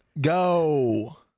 go